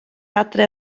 adre